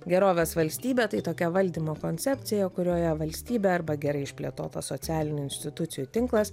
gerovės valstybė tai tokia valdymo koncepcija kurioje valstybė arba gerai išplėtotas socialinių institucijų tinklas